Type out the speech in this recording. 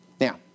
Now